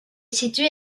situé